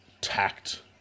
tact